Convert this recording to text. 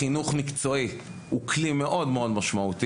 נושא החינוך המקצועי, הוא דבר מאוד מאוד משמעותי.